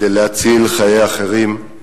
כדי להציל חיי אחרים.